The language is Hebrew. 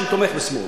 שתומך בשמאל.